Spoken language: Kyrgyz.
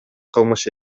кылмыш